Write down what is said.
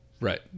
right